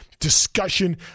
discussion